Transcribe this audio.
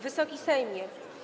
Wysoki Sejmie!